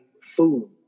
food